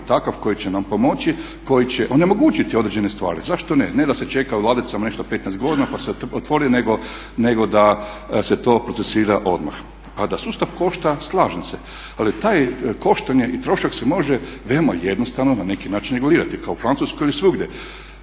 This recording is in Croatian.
takav koji će nam pomoći, koji će onemogućiti određene stvari. Zašto ne? Ne da se čeka u ladicama nešto 15 godina pa se otvori, nego da se to procesuira odmah. A da sustav košta, slažem se. ali taj koštanje i trošak se može veoma jednostavno na neki način regulirati kao u Francuskoj ili svugdje.